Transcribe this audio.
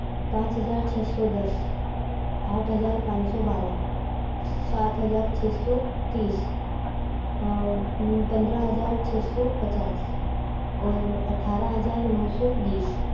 पाँच हज़ार छ सौ दस आठ हज़ार पाँच सौ बारह सात हज़ार छ सौ तीस पन्द्रह हज़ार छ सौ पचास और अठारह हज़ार नौ सौ बीस